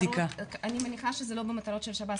אני מניחה שזה לא במטרות של שב"ס,